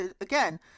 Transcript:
again